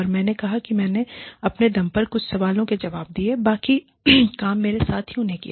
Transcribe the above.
और मैंने कहा मैंने अपने दमपर कुछ सवालों के जवाब दिए बाकी काम मेरे साथियों ने किया